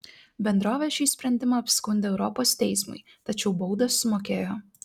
bendrovė šį sprendimą apskundė europos teismui tačiau baudą sumokėjo